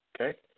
okay